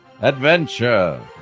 adventure